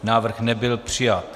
Návrh nebyl přijat.